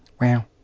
wow